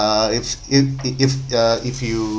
if i~ if if uh if you